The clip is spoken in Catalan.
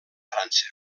frança